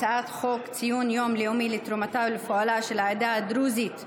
הצעת חוק ציון לאומי לתרומתה ולפועלה של העדה הדרוזית,